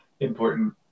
important